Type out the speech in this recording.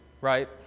right